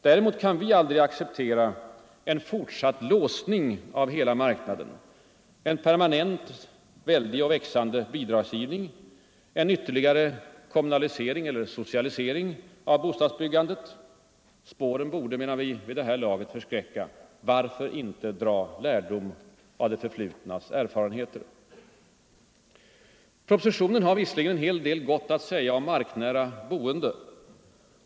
Däremot kan vi aldrig acceptera en fortsatt låsning av marknaden, en permanent väldig och växande bidragsgivning, en ytterligare kommunalisering eller socialisering av bostadsbyggandet. Spåren borde vid det här laget förskräcka. Varför inte dra lärdom av det förflutnas erfarenheter? Propositionen har visserligen en hel del gott att säga om marknära boende.